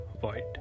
void